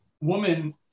woman